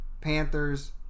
Panthers